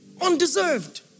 Undeserved